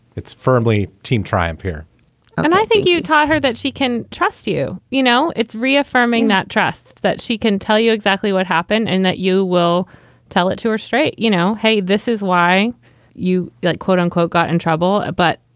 it's firmly team triumph here and i think you taught her that she can trust you. you know, it's reaffirming that trust that she can tell you exactly what happened and that you will tell it to her straight. you know, hey, this is why you got like quote unquote, got in and trouble. ah but,